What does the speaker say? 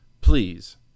please